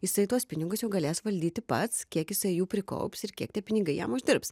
jisai tuos pinigus jau galės valdyti pats kiek jisai jų prikaups ir kiek tie pinigai jam uždirbs